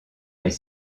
est